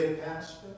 Pastor